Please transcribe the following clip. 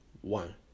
One